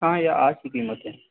ہاں یہ آج کی قیمت ہے